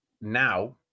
now